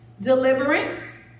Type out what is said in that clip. deliverance